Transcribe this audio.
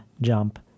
jump